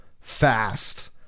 fast